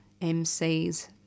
MCs